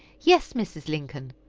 yes, mrs. lincoln.